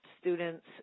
students